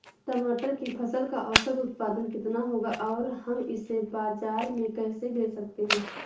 टमाटर की फसल का औसत उत्पादन कितना होगा और हम इसे बाजार में कैसे बेच सकते हैं?